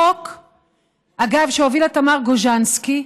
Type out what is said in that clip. זה חוק, אגב, שהובילה תמר גוז'נסקי,